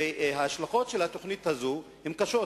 ההשלכות של התוכנית הזאת הן קשות,